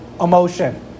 Emotion